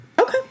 Okay